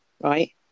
right